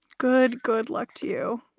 good. good luck to you